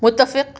متفق